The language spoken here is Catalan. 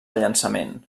llançament